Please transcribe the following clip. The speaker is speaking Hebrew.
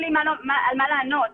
מה את חושבת על כל מה ששמעת עד רגע זה?